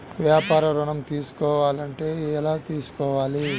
వ్యాపార ఋణం తీసుకోవాలంటే ఎలా తీసుకోవాలా?